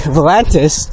Volantis